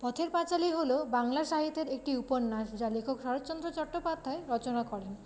পথের পাঁচালী হল বাংলা সাহিতের একটি উপন্যাস যা লেখক শরৎচন্দ্র চট্টোপাধ্যায় রচনা করেন